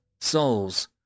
souls